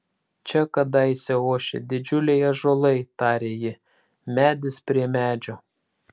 čia kadaise ošė didžiuliai ąžuolai tarė ji medis prie medžio